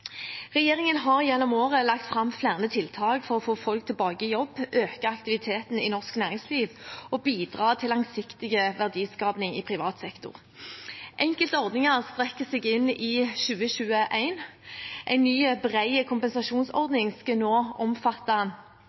Regjeringen har gjennom året lagt fram flere tiltak for å få folk tilbake i jobb, øke aktiviteten i norsk næringsliv og bidra til langsiktig verdiskaping i privat sektor. Enkelte ordninger strekker seg inn i 2021. En ny, bred kompensasjonsordning skal nå omfatte